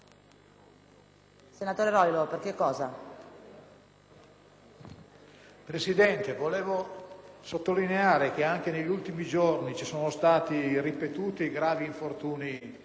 Presidente, vorrei sottolineare come anche negli ultimi giorni si siano verificati ripetuti e gravi infortuni,